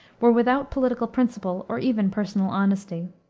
were without political principle or even personal honesty.